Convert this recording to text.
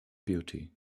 beauty